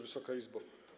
Wysoka Izbo!